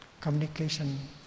communication